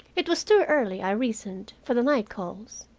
it was too early, i reasoned, for the night calls.